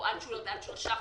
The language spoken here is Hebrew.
אלטושלר שחם,